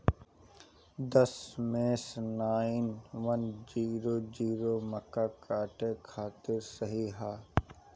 दशमेश nine one zero zero मक्का काटे खातिर सही ह?